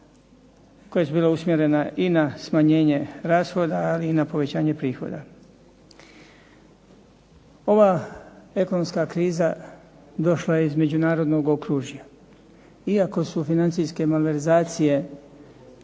koja su bila usmjerena i na smanjenje rashoda, ali i na povećanje prihoda. Ova ekonomska kriza došla je iz međunarodnog okružja, iako su financijske malverzacije